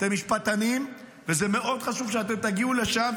אתם משפטנים, וזה מאוד חשוב שאתם תגיעו לשם.